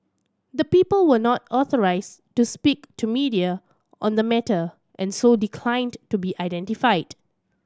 the people were not authorised to speak to media on the matter and so declined to be identified